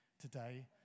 today